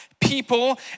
People